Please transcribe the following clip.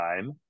time